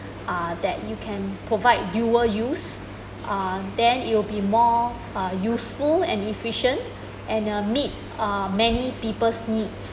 uh that you can provide dual use uh then it will be more uh useful and efficient and uh meet uh many people's needs